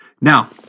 Now